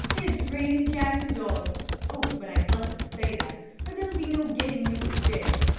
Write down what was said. it's raining cats and dogs but i mustn't say that, or there'll be no getting you to stay.